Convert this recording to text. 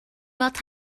weld